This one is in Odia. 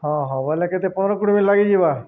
ହଁ ହଉ ବୋଲେ କେତେ ପନ୍ଦର କୋଡ଼ିଏ ମିନିଟ୍ ଲାଗିଯିବା